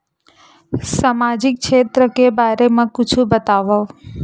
सामाजिक क्षेत्र के बारे मा कुछु बतावव?